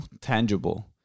tangible